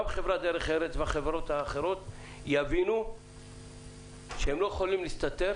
גם חברת דרך ארץ והחברות האחרות יבינו שהם לא יכולים להסתתר